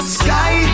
sky